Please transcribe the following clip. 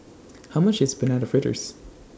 How much IS Banana Fritters